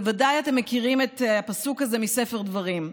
בוודאי מכיר את הפסוק הזה מספר דברים.